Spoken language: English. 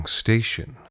station